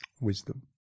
wisdom